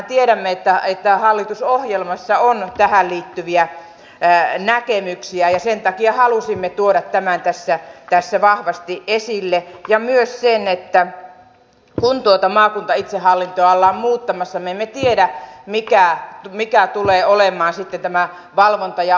mehän tiedämme että hallitusohjelmassa on tähän liittyviä näkemyksiä ja sen takia halusimme tuoda tämän tässä vahvasti esille ja myös sen että kun tuota maakuntaitsehallintoa ollaan muuttamassa me emme tiedä mikä tulee olemaan sitten tämä valvonta ja ohjausviranomainen